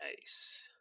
Nice